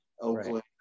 Oakland